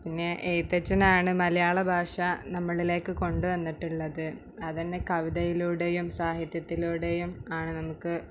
പിന്നെ എഴുത്തച്ഛനാണ് മലയാളഭാഷ നമ്മളിലേക്ക് കൊണ്ട് വന്നിട്ടുള്ളത് അത് തന്നെ കവിതയിലൂടെയും സാഹിത്യത്തിലൂടെയും ആണ് നമുക്ക്